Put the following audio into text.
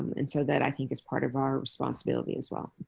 um and so that, i think, is part of our responsibility as well.